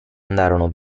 andarono